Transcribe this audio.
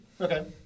Okay